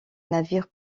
navire